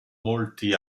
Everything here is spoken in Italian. molti